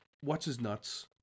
What's-His-Nuts